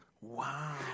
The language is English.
Wow